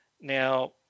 Now